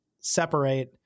separate